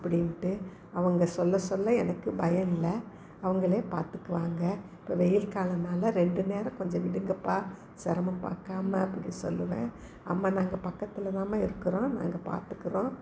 அப்படின்ட்டு அவங்கள் சொல்லச் சொல்ல எனக்கு பயம் இல்லை அவர்களே பார்த்துக்குவாங்க இப்போ வெயில் காலம்னால் ரெண்டு நேரம் கொஞ்சம் விடுங்கப்பா சிரமம் பார்க்காம இப்படி சொல்லுவேன் அம்மா நாங்கள் பக்கத்தில்தாம்மா இருக்கிறோம் நாங்கள் பார்த்துக்குறோம்